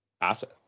asset